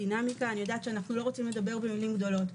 יודעת שאנו לא רוצים לדבר במילים גדולות.